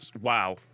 Wow